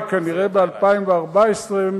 כנראה ב-2014,